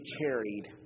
carried